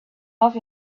off